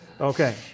Okay